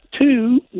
two